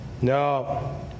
No